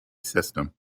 system